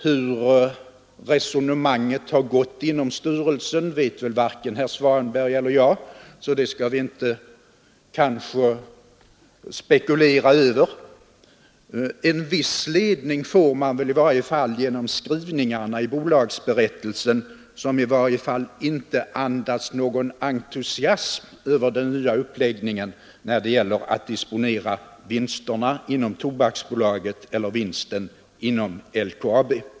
Hur resonemanget har gått inom styrelsen vet väl varken herr Svanberg eller jag, så det skall vi kanske inte spekulera över. En viss ledning får man genom skrivningarna i styrelseberättelserna, som i varje fall inte andas någon entusiasm över den nya uppläggningen när det gäller att disponera vinsterna inom Tobaksbolaget eller vinsten inom LKAB.